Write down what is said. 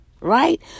Right